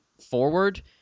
forward